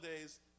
days